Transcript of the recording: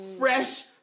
Fresh